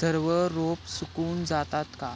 सर्व रोपे सुकून जातात का?